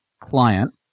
client